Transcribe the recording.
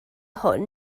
hwn